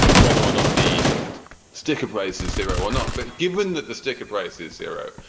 whether or not the sticker price is zero or not. but given that the sticker price is zero,